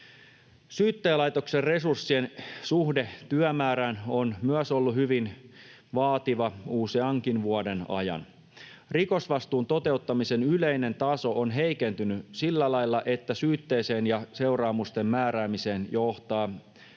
Syyttäjälaitoksen resurssien suhde työmäärään on myös ollut hyvin vaativa useankin vuoden ajan. Rikosvastuun toteuttamisen yleinen taso on heikentynyt sillä lailla, että syytteeseen ja seuraamusten määräämiseen johtaa